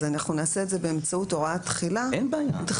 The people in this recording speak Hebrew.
אז אנחנו נעשה את זה באמצעות הוראת תחילה דחויה.